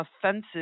offensive